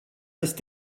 ist